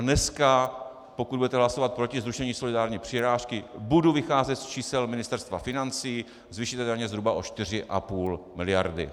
Dneska, pokud budete hlasovat proti zrušení solidární přirážky, budu vycházet z čísel Ministerstva financí, zvýšíte daně zhruba o 4,5 miliardy.